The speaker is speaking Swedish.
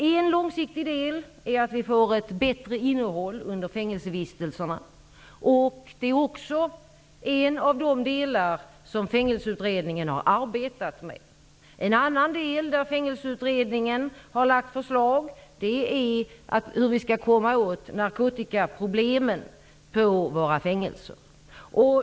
En långsiktig del är att åstadkomma ett bättre innehåll under fängelsevistelserna. Det är också en av de delar som Fängelseutredningen har arbetat med. Fängelseutredningen har också lagt fram förslag om hur vi skall komma till rätta med narkotikaproblemen på fängelserna.